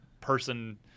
person